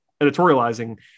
editorializing